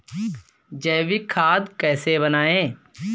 जैविक खाद कैसे बनाएँ?